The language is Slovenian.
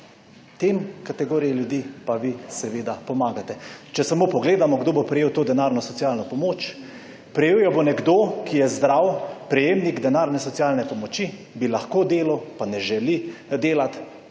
Tej kategoriji ljudi pa vi seveda pomagate. Če samo pogledamo, kdo bo prejel to denarno socialno pomoč. Prejel jo bo nekdo, ki je zdrav prejemnik denarne socialne pomoči, bi lahko delal, pa ne želi delat,